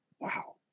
wow